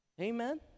Amen